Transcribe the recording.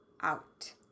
out